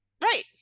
Right